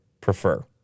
prefer